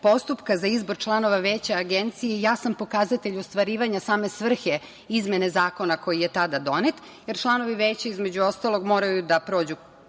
postupka za izbor članova veća Agencije jasan pokazatelj ostvarivanja same svrhe izmene zakona koji je tada donet, jer članovi Veća, između ostalog, moraju da prođu